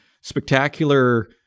spectacular